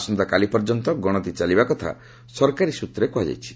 ଆସନ୍ତାକାଲି ପର୍ଯ୍ୟନ୍ତ ଗଣତି ଚାଲିବା କଥା ସରକାରୀ ସୃତ୍ରରେ କୁହାଯାଇଛି